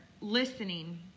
listening